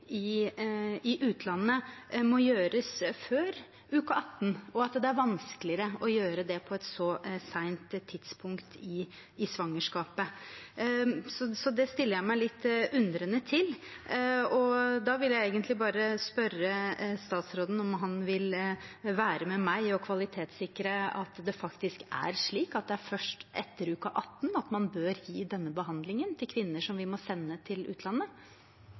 i utlandet, må gjøres før uke 18, og det er vanskeligere å gjøre det på et så sent tidspunkt i svangerskapet. Så det stiller jeg meg litt undrende til. Da vil jeg egentlig bare spørre statsråden om han vil være med meg og kvalitetssikre at det faktisk er slik, at det først er etter uke 18 man bør gi denne behandlingen til kvinner som vi må sende til utlandet.